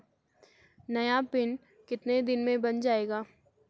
नया पिन कितने दिन में बन जायेगा?